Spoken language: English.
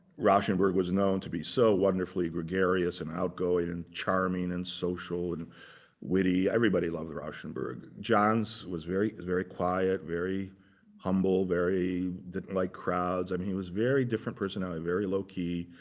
rauschenberg was known to be so wonderfully gregarious and outgoing and charming and social and witty. everybody loved rauschenberg. johns was very, is very quiet, very humble, very, didn't like crowds. i mean, he was very different personality. very low key.